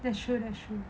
that's true that's true